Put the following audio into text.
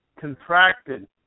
contracted